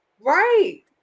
right